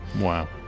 wow